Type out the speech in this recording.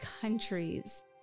countries